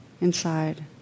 inside